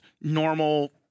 normal